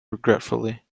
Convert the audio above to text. regretfully